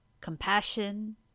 compassion